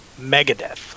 Megadeth